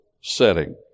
setting